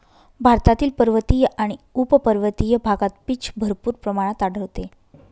भारतातील पर्वतीय आणि उपपर्वतीय भागात पीच भरपूर प्रमाणात आढळते